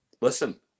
Listen